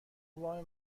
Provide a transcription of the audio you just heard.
وام